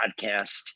podcast